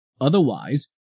Otherwise